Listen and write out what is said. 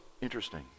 interesting